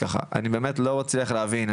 אני באמת לא מצליח להבין.